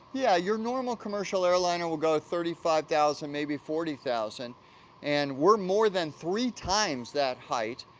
yeah, your normal commercial airliner will go thirty five thousand maybe forty thousand and we're more than three times that height.